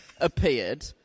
appeared